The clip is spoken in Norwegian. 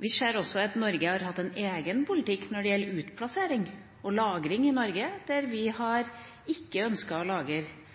Vi ser også at Norge har hatt en egen politikk når det gjelder utplassering og lagring i Norge, der vi ikke har ønsket å lagre